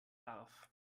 darf